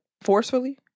forcefully